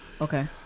Okay